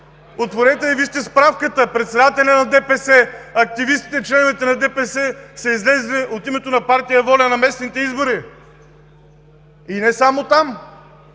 Отворете и вижте справката – председателят на ДПС, активистите и членовете на ДПС са излезли от името на партия ВОЛЯ на местните избори, и не само там,